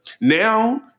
Now